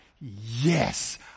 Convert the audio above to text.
Yes